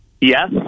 yes